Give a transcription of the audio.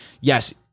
Yes